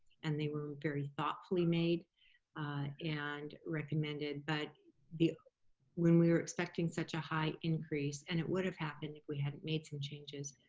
and they were very thoughtfully made and recommended, but when we were expecting such a high increase, and it would have happened if we hadn't made some changes,